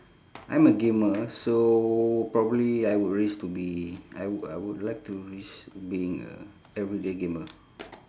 I'm a gamer so probably I would wish to be I w~ I would like to wish being a everyday gamer